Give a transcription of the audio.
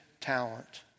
talent